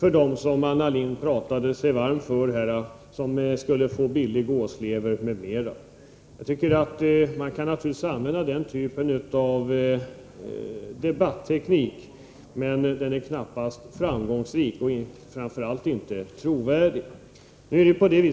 Anna Lindh talade sig varm för att de genom vår reform skulle få billigare gåslever och annat. Man kan naturligtvis använda den typen av debatteknik, men den är knappast framgångsrik och framför allt inte trovärdig.